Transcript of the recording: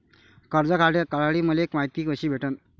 कर्ज काढासाठी मले मायती कशी भेटन?